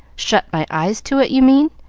shut my eyes to it, you mean?